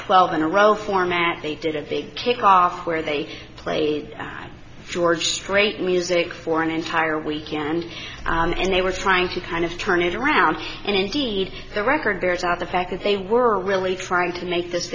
twelve in a row format they did a big kickoff where they played george strait music for an entire weekend and they were trying to kind of turn it around and indeed the record bears out the fact that they were really trying to make